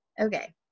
okay